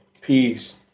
peace